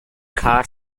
car